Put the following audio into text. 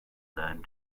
learned